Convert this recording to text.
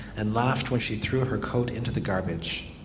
and laughed when she threw her coat into the garbage.